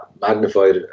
magnified